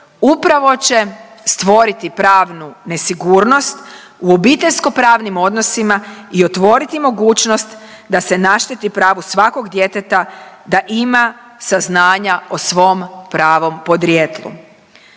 upravo će stvoriti pravnu nesigurnost u obiteljsko-pravnim odnosima otvoriti mogućnosti da se našteti pravu svakog djeteta da ima saznanja o svom pravom podrijetlu.